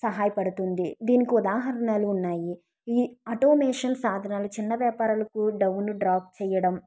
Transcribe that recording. సహాయపడుతుంది దీనికి ఉదాహరణలు ఉన్నాయి ఈ అటోమేషన్ సాధనాలు చిన్న వ్యాపారాలకు డౌన్ డ్రాప్ చేయడం